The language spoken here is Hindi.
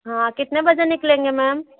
हाँ कितने बजे निकलेंगे मैम